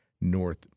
North